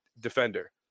defender